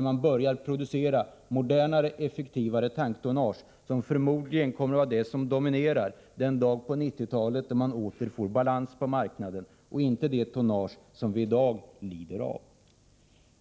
Man börjar producera modernare och effektivare tanktonnage, och det kommer förmodligen att dominera den dag på 1990-talet när man åter får balans på marknaden, inte det tonnage som vi har i dag.